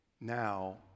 Now